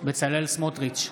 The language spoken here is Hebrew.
בצלאל סמוטריץ'